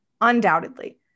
undoubtedly